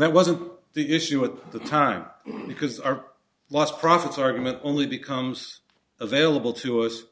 that wasn't the issue at the time because our last profits argument only becomes available to us